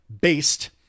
based